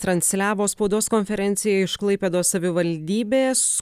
transliavo spaudos konferenciją iš klaipėdos savivaldybės